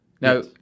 Now